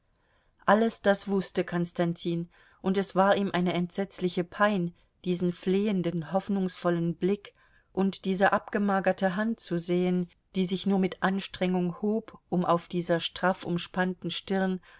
alles das wußte konstantin und es war ihm eine entsetzliche pein diesen flehenden hoffnungsvollen blick und diese abgemagerte hand zu sehen die sich nur mit anstrengung hob um auf dieser straff umspannten stirn